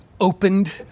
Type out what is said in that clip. opened